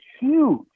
huge